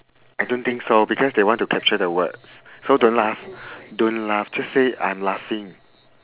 I don't think so because they want to capture the words so don't laugh don't laugh just say I'm laughing